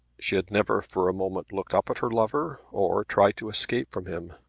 she had never for a moment looked up at her lover, or tried to escape from him.